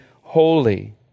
holy